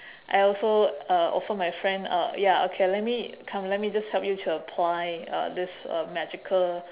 I also uh offered my friend uh ya okay let me come let me just help you to apply uh this uh magical